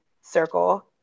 circle